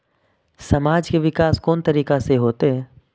समाज के विकास कोन तरीका से होते?